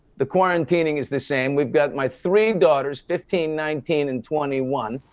the quarantining is the same. we've got my three daughters, fifteen, nineteen and twenty one,